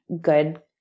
good